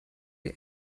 der